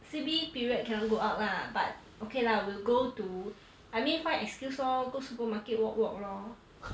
C_B period cannot go out lah but okay lah will go to I mean find excuse lor go supermarket walk walk lor